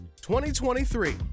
2023